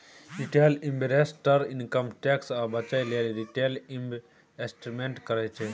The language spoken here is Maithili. रिटेल इंवेस्टर इनकम टैक्स सँ बचय लेल रिटेल इंवेस्टमेंट करय छै